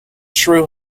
shrew